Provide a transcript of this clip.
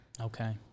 Okay